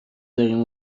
داریم